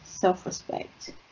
Self-respect